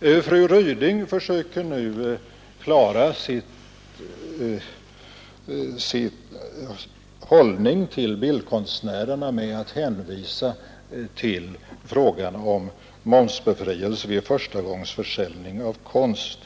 Fru Ryding försöker nu klara sin hållning till bildkonstnärerna med att hänvisa till frågan om momsbefrielse vid förstagångsförsäljning av konst.